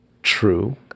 true